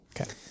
Okay